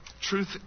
Truth